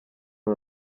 una